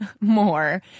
more